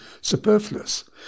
superfluous